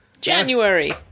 January